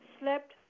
slept